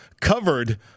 Covered